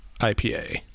IPA